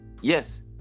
yes